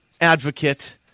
advocate